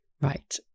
Right